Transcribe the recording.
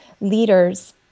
leaders